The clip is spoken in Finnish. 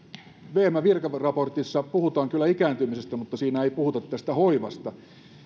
vmn virkaraportissa puhutaan kyllä ikääntymisestä mutta siinä ei puhuta tästä hoivasta